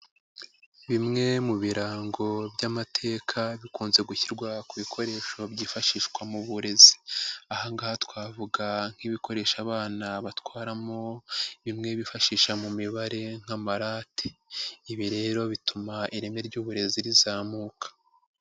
Bimwe mu birango by'amateka bikunze gushyirwa ku bikoresho byifashishwa mu burezi, aha ngaha twavuga nk'ibikoresho abana batwaramo bimwe bifashisha mu mibare nk'amarate, ibi rero bituma ireme ry'uburezi rizamuka.